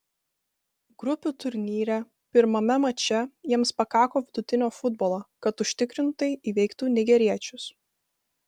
grupių turnyre pirmame mače jiems pakako vidutinio futbolo kad užtikrintai įveiktų nigeriečius